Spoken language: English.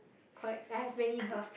collect I have many book